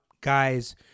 guys